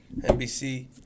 NBC